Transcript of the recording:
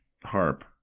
Harp